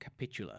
capitula